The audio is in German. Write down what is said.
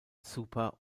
super